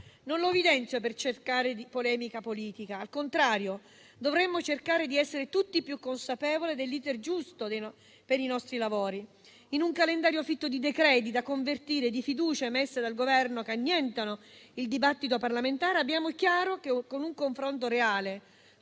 Non lo evidenzio per cercare la polemica politica; al contrario, dovremmo cercare di essere tutti più consapevoli dell'*iter* giusto per nostri lavori. In un calendario fitto di decreti da convertire e di fiducie messe dal Governo, che annientano il dibattito parlamentare, abbiamo chiaro che, con un confronto reale